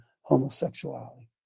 homosexuality